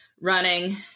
running